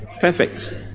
perfect